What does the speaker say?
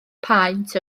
paent